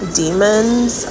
demons